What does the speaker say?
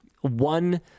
one